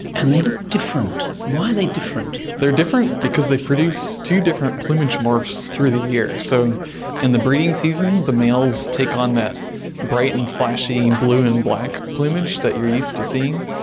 and they look different. why are they different? they're different because they produce two different plumage morphs through the year. so in the breeding season the males take on that bright and flashy blue and black plumage that you are used to seeing.